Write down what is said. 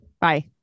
Bye